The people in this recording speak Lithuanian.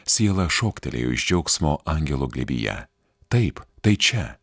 siela šoktelėjo iš džiaugsmo angelo glėbyje taip tai čia